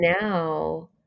now